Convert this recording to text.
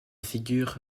figure